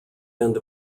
end